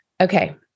Okay